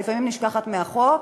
שלפעמים נשכחת מהחוק,